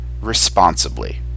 responsibly